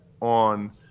on